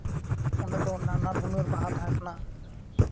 ᱚᱸᱰᱮ ᱫᱚ ᱱᱟᱱᱟᱦᱩᱱᱟᱹᱨ ᱵᱟᱦᱟ ᱛᱟᱦᱮᱸᱠᱟᱱᱟ